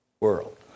world